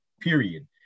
period